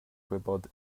gwybod